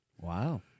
Wow